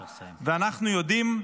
אנחנו יודעים,